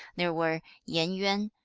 there were yen yuan,